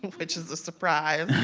which is a surprise.